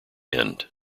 end